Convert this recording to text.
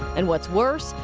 and what's worse,